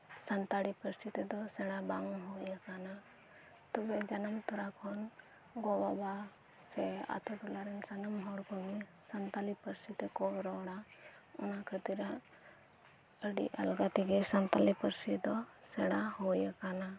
ᱥᱟᱱᱛᱟᱲᱤ ᱯᱟᱹᱨᱥᱤ ᱛᱮᱫᱚ ᱥᱮᱬᱟ ᱵᱟᱝ ᱦᱩᱭ ᱟᱠᱟᱱᱟ ᱛᱚᱵᱮ ᱡᱟᱱᱟᱢ ᱛᱚᱨᱟ ᱠᱷᱚᱱ ᱜᱚ ᱵᱟᱵᱟ ᱥᱮ ᱟᱛᱩ ᱴᱚᱞᱟᱨᱮᱱ ᱥᱟᱱᱟᱢ ᱦᱚᱲᱠᱩᱜᱤ ᱥᱟᱱᱛᱟᱞᱤ ᱯᱟᱹᱨᱥᱤ ᱛᱮᱠᱩ ᱨᱚᱲᱟ ᱚᱱᱟ ᱠᱷᱟᱹᱛᱤᱨ ᱟᱹᱰᱤ ᱟᱞᱜᱟ ᱛᱮᱜᱤ ᱥᱟᱱᱛᱟᱞᱤ ᱯᱟᱹᱨᱥᱤ ᱫᱚ ᱥᱮᱬᱟ ᱦᱩᱭ ᱟᱠᱟᱱᱟ